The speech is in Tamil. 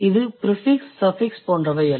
இது ப்ரிஃபிக்ஸ் சஃபிக்ஸ் போன்றவை அல்ல